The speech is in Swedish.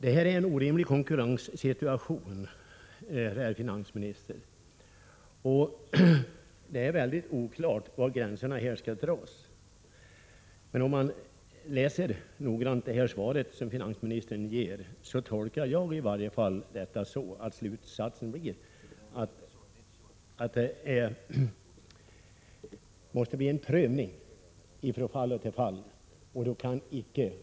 Detta är en orimlig konkurrenssituation, herr finansminister. Det är mycket oklart var gränserna skall dras. Men om man noggrant läser finansministerns svar, tolkar i varje fall jag det så, att slutsatsen blir att det måste ske en prövning från fall till fall.